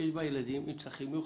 שיש בה ילדים עם צרכים מיוחדים.